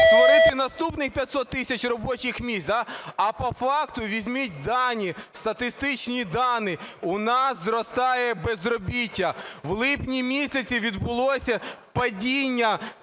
створити наступні 500 тисяч робочих місць? А по факту візьміть дані, статистичні дані: у нас зростає безробіття, в липні місяці відбулося падіння